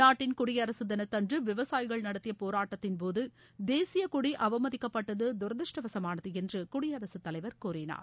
நாட்டின் குடியரசு தினத்தன்று விவசாயிகள் நடத்திய போராட்டத்தின் போது தேசியக்னொடி அவமதிக்கப்பட்டது தரதிருஷ்டவசமானது என்று குடியரசுத் தலைவர் கூறினார்